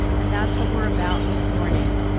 and that's what we're about this morning.